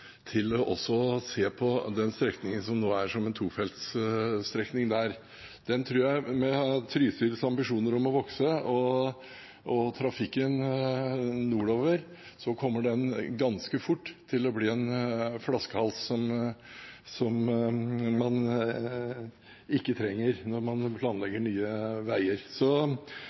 til også å se på den strekningen som nå er en tofeltsstrekning der. Den tror jeg, med Trysils ambisjoner om å vokse og trafikken nordover, ganske fort kommer til å bli en flaskehals, som man ikke trenger når man planlegger nye veier. Så